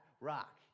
rock